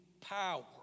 power